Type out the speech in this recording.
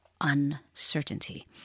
uncertainty